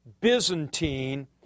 Byzantine